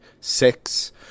six